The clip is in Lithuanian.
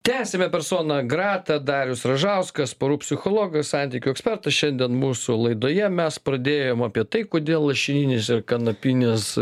tęsiame persona grata darius ražauskas porų psichologas santykių ekspertas šiandien mūsų laidoje mes pradėjom apie tai kodėl lašininis kanapinis